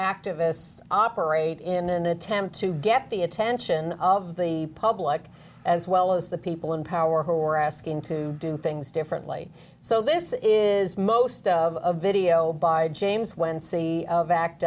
activists operate in an attempt to get the attention of the public as well as the people in power who are asking to do things differently so this is most of idio by james when see of backed